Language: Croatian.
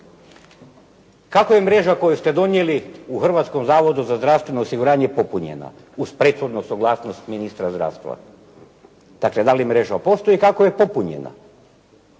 Kako je mreža koju ste donijeli u Hrvatskom zavodu za zdravstveno osiguranje popunjena? Uz prethodnu suglasnost ministra zdravstva. Dakle da li mreža postoji i kako je popunjena?